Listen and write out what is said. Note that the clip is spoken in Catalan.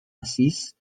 massís